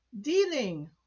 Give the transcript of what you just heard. Dealing